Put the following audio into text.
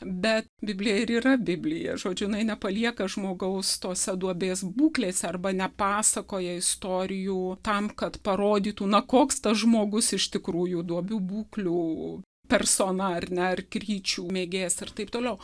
bet biblija ir yra biblija žodžiu jinai nepalieka žmogaus tose duobės būklėse arba nepasakoja istorijų tam kad parodytų na koks tas žmogus iš tikrųjų duobių būklių persona ar ne ar kryčių mėgėjas ir taip toliau